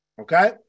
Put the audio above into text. Okay